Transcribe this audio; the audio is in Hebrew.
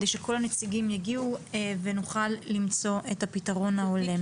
כדי שכל הנציגים יגיעו ונוכל למצוא את הפתרון ההולם.